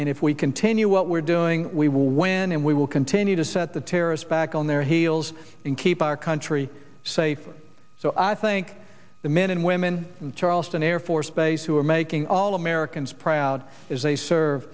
and if we continue what we're doing we will win and we will continue to set the terrorists back on their heels and keep our country safe so i think the men and women in charleston air force base who are making all americans proud as they serve